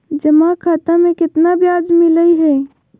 जमा खाता में केतना ब्याज मिलई हई?